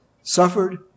suffered